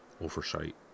oversight